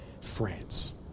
France